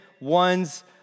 one's